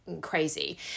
crazy